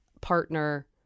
partner